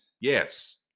Yes